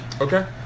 Okay